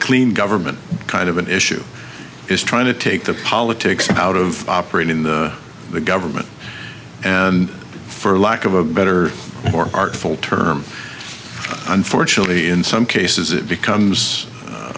clean government kind of an issue is trying to take the politics out of operating the the government and for lack of a better or artful term unfortunately in some cases it becomes